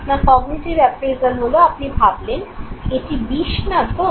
আপনার cognitive appraisal হলো আপনি ভাবলেন এটি বিষ না তো